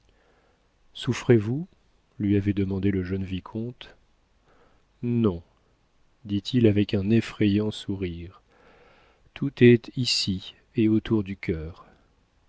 souffrez-vous lui avait demandé le jeune vicomte non dit-il avec un effrayant sourire tout est ici et autour du cœur